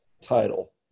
title